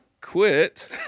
Quit